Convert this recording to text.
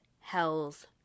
hell's